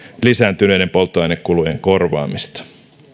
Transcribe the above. lisääntyneiden polttoainekulujen korvaamista